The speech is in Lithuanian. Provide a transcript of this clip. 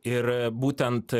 ir būtent